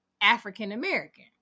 African-American